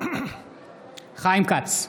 חיים כץ,